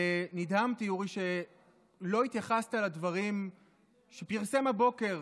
נדהמתי, אורי, שלא התייחסת לדברים שפרסם הבוקר